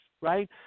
right